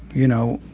you know,